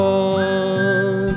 on